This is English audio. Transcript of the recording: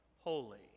holy